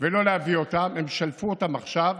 ולא להביא אותם, הם שלפו אותם עכשיו,